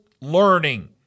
learning